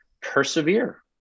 persevere